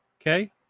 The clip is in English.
okay